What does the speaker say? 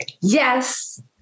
yes